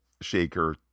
shaker